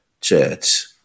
church